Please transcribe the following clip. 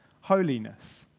holiness